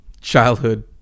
childhood